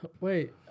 Wait